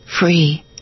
free